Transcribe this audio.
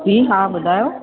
जी हा ॿुधायो